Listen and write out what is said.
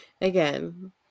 Again